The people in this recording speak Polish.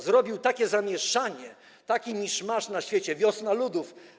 Zrobił takie zamieszanie, taki miszmasz na świecie - wiosna ludów.